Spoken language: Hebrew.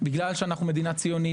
בגלל שאנחנו מדינה ציונית,